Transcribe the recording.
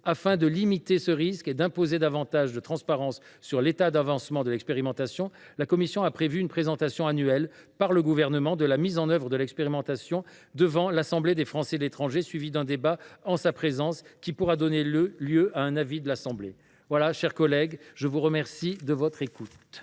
Afin de limiter ce risque et d’imposer davantage de transparence sur l’état d’avancement de l’expérimentation, la commission a prévu une présentation annuelle par le Gouvernement de la mise en œuvre de l’expérimentation devant l’Assemblée des Français de l’étranger (AFE), suivie d’un débat en sa présence, qui pourra donner lieu à un avis de cette instance. La parole est à M. le ministre délégué.